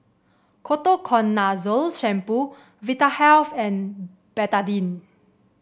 Ketoconazole Shampoo Vitahealth and Betadine